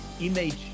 image